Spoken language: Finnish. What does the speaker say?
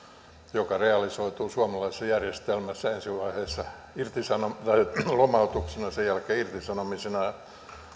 mikä realisoituu suomalaisessa järjestelmässä ensivaiheessa lomautuksena sen jälkeen irtisanomisena